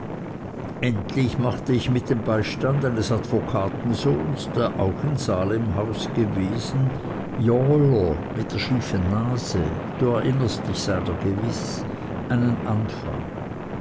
endlich machte ich mit dem beistand eines advokatensohns der auch in salemhaus gewesen yawler mit der schiefen nase du erinnerst dich seiner gewiß einen anfang